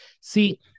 See